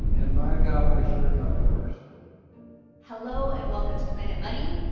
and by god, i sure got the worst hello, and welcome to planet money.